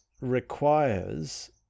requires